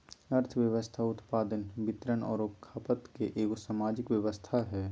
अर्थव्यवस्था उत्पादन, वितरण औरो खपत के एगो सामाजिक व्यवस्था हइ